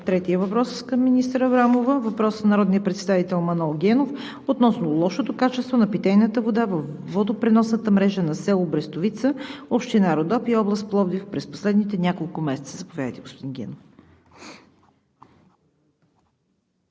третия въпрос към министър Аврамова. Въпрос от народния представител Манол Генов относно лошото качество на питейната вода във водопреносната мрежа на село Брестовица, община Родопи, област Пловдив през последните няколко месеца. Заповядайте, господин Генов.